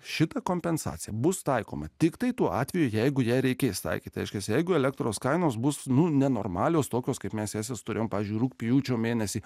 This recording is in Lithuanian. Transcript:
šita kompensacija bus taikoma tiktai tuo atveju jeigu jai reikės taikyti aiškias jeigu elektros kainos bus nu nenormalios tokios kaip mesis turime pavyzdžiui rugpjūčio mėnesį